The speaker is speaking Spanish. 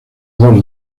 dos